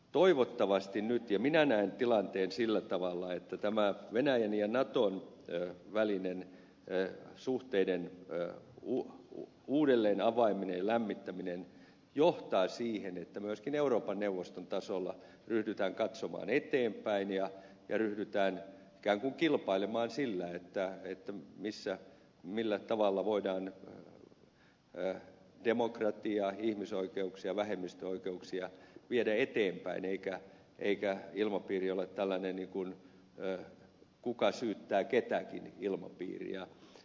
toivottavasti nyt ja minä näen tilanteen sillä tavalla että tämä venäjän ja naton välinen suhteiden uudelleen avaaminen ja lämmittäminen johtaa siihen että myöskin euroopan neuvoston tasolla ryhdytään katsomaan eteenpäin ja ryhdytään ikään kuin kilpailemaan sillä millä tavalla voidaan demokratiaa ihmisoikeuksia vähemmistöoikeuksia viedä eteenpäin eikä ilmapiiri ole tällainen kuka syyttää ketäkin ilmapiiri